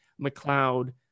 McLeod